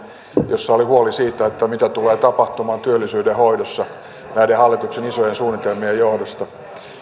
jossa oli huoli siitä mitä tulee tapahtumaan työllisyyden hoidossa näiden hallituksen isojen suunnitelmien johdosta